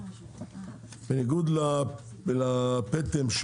בניגוד לפטם,